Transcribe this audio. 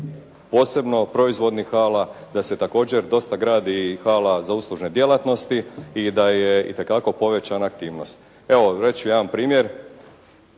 posebno proizvodnih hala, da se također dosta gradi i hala za uslužne djelatnosti i da je itekako povećana aktivnost. Evo reći ću jedan primjer.